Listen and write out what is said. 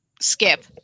Skip